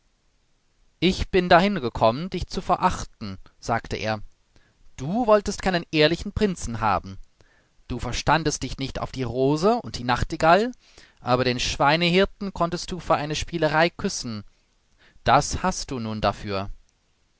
ich bin dahin gekommen dich zu verachten sagte er du wolltest keinen ehrlichen prinzen haben du verstandest dich nicht auf die rose und die nachtigall aber den schweinehirten konntest du für eine spielerei küssen das hast du nun dafür